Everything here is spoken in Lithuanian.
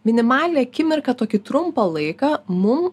minimalią akimirką tokį trumpą laiką mum